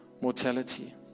mortality